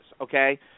okay